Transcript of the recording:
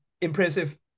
impressive